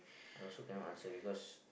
I also can not answer because